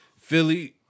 Philly